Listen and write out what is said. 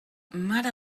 mare